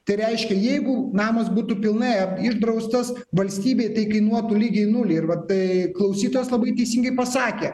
tai reiškia jeigu namas būtų pilnai išdraustas valstybei tai kainuotų lygiai nulį ir vat klausytojas labai teisingai pasakė